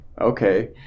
okay